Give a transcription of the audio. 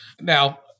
Now